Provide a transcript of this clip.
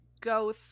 go